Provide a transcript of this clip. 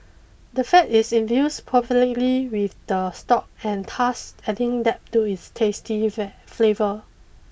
the fat is infused perfectly with the stock and thus adding depth to its tasty flavour